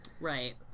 Right